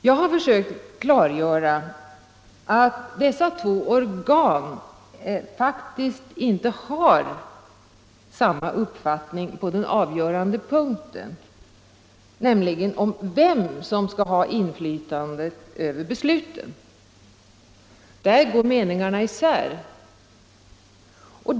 Jag har försökt klargöra att dessa två organ faktiskt inte har samma uppfattning på den avgörande punkten — nämligen om vem som skall 121 Marknadsförings ha inflytandet över besluten. Där går meningarna isär.